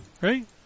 Right